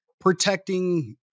protecting